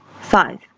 five